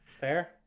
Fair